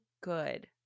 good